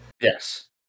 Yes